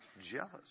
jealous